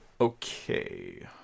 Okay